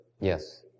yes